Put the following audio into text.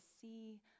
see